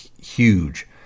huge